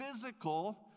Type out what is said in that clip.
physical